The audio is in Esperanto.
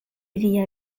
via